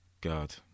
God